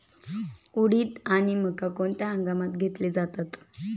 उडीद आणि मका कोणत्या हंगामात घेतले जातात?